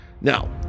Now